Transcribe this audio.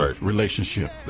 relationship